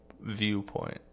viewpoint